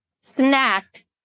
snack